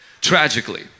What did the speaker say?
tragically